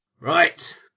Right